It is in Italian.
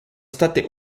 state